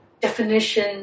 Definition